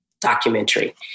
documentary